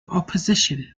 opposition